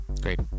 Great